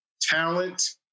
talent